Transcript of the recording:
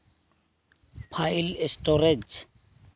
file storage